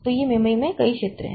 तो यह मेमोरी में कई क्षेत्र हैं